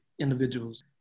individuals